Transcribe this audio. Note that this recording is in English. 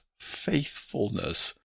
faithfulness